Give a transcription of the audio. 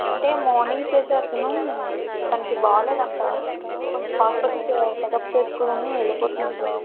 అంటే మార్నింగ్ చేసే అతను తనకి బాగాలేదంట కొంచెం హాస్పిటల్ కి చెకప్ చేసుకోవాలని వెళ్ళిపోతున్నారు